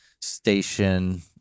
station